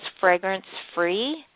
fragrance-free